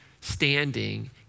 standing